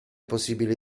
possibile